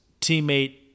teammate